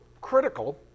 critical